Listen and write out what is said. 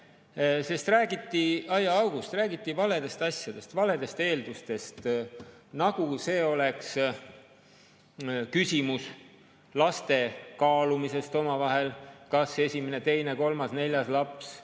Räägiti aiaaugust, räägiti valedest asjadest, valedest eeldustest, nagu see oleks küsimus laste kaalumisest omavahel, kas esimene-teine-kolmas-neljas laps